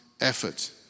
effort